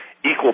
Equal